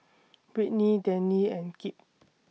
Britny Danny and Kipp